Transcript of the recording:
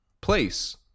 place